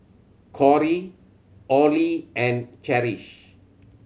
Corry Orley and Cherish